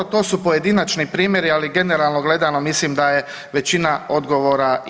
To su pojedinačni primjeri, ali generalno gledano mislim da je većina odgovora ipak tu.